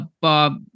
Bob